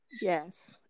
Yes